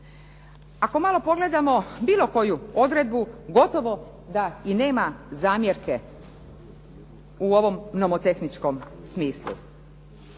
Ako malo pogledamo bilo koju odredbu gotovo da i nema zamjerke u ovom nomotehničkom smislu.